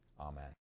Amen